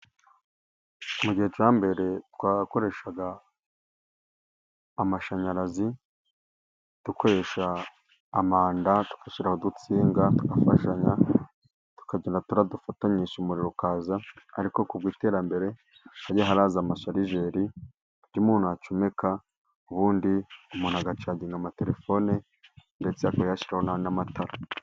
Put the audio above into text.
Mu gihe cyo hambere twakoreshaga amashanyarazi ,dukoresha amanda tugashyiraho udutsinga tugafashanya ,tukagenda turadufatanyisha umuriro ukaza ,ariko ku bw'iterambere hagiye haraza amasharijeri ku buryo umuntu acomeka, ubundi umuntu agacaginga amatelefone ndetse akaba yashyiraho n'amatara.